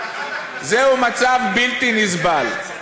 זהו מצב בלתי נסבל.